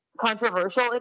controversial